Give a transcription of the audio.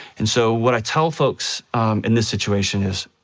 and so, what i tell folks in this situation is,